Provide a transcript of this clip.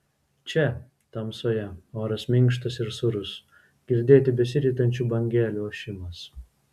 čia tamsoje oras minkštas ir sūrus girdėti besiritančių bangelių ošimas